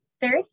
Third